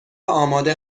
آماده